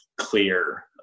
clear